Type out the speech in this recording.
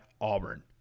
Auburn